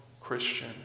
Christian